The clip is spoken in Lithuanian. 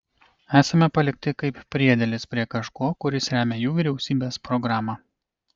esame palikti kaip priedėlis prie kažko kuris remią jų vyriausybės programą